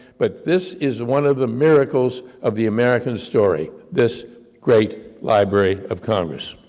but this is one of the miracles of the american story, this great library of congress.